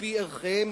על-פי ערכיהם,